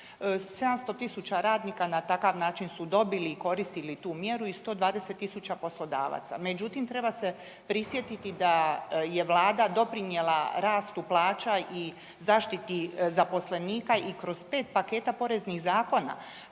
700.000 radnika na takav način su dobili i koristili tu mjeru i 120.000 poslodavaca. Međutim, treba se prisjetiti da je vlada doprinijela rastu plaća i zaštiti zaposlenika i kroz 5 paketa poreznih zakona